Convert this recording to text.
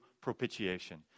propitiation